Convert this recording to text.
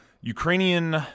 Ukrainian